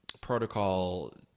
protocol